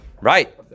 Right